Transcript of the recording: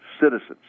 citizens